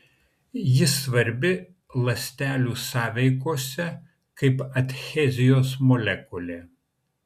ji svarbi ląstelių sąveikose kaip adhezijos molekulė